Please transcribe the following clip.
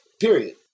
Period